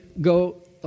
go